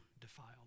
defiled